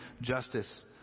justice